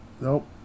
Nope